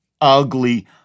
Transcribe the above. ugly